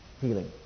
healing